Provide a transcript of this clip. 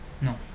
No